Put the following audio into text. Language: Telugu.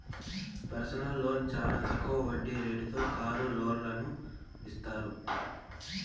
పెర్సనల్ లోన్ చానా తక్కువ వడ్డీ రేటుతో కారు లోన్లను ఇత్తారు